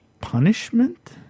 punishment